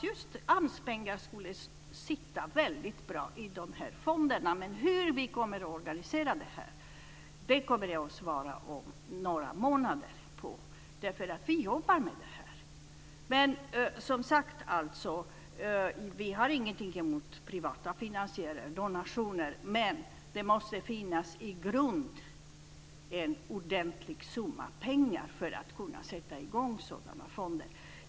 Just AMS-pengar skulle sitta väldigt bra i fonderna, men frågan om hur vi kommer att organisera detta kommer jag att svara på om några månader. Vi jobbar nämligen med det här. Vi har alltså ingenting emot privata finansiärer och donationer, men det måste finnas en ordentlig summa pengar i grunden för att kunna sätta i gång sådana här fonder.